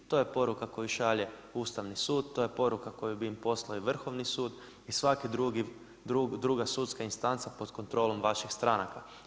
To je poruka koju šalje Ustavni sud, to je poruka koju bi im poslao i Vrhovni sud i svaki drugi, druga sudska instanca pod kontrolom vaših stranaka.